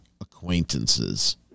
acquaintances